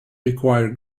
require